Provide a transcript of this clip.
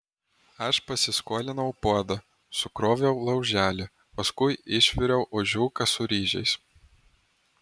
aš pasiskolinau puodą sukroviau lauželį paskui išviriau ožiuką su ryžiais